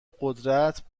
قدرت